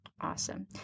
Awesome